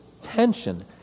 tension